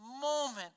moment